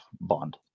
bond